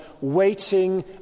waiting